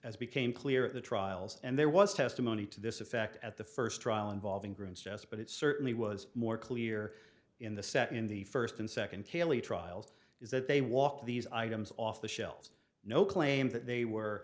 as became clear at the trials and there was testimony to this effect at the first trial involving grooms just but it certainly was more clear in the set in the first and second caylee trials is that they walked these items off the shelves no claim that they were